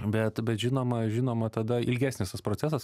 bet bet žinoma žinoma tada ilgesnis tas procesas